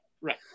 right